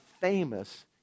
famous